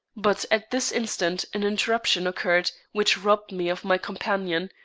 but at this instant an interruption occurred which robbed me of my companion,